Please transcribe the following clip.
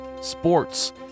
sports